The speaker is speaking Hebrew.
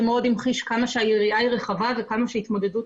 מאוד המחיש כמה שהיריעה היא רחבה וכמה שהתמודדות